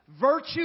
Virtue